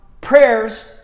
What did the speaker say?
Prayers